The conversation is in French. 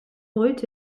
brut